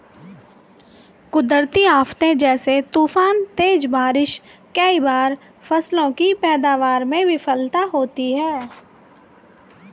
कुदरती आफ़ते जैसे तूफान, तेज बारिश से कई बार फसलों की पैदावार में विफलता होती है